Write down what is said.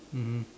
mmhmm